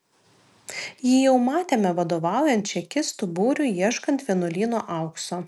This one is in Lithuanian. jį jau matėme vadovaujant čekistų būriui ieškant vienuolyno aukso